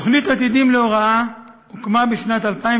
תוכנית "עתידים" להוראה הוקמה בשנת 2003